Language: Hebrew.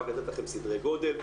רק לתת לכם סדרי גודל.